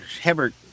Hebert